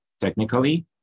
Technically